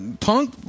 Punk